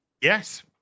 Yes